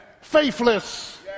faithless